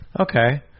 Okay